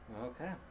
Okay